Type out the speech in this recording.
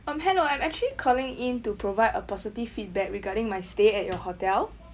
um hello I'm actually calling in to provide a positive feedback regarding my stay at your hotel